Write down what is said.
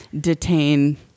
detain